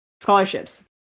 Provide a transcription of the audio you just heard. scholarships